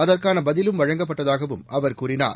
அதற்கான பதிலும் வழங்கப்பட்டதாகவும் அவர் கூறினார்